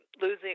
Losing